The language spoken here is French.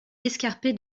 escarpé